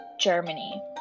Germany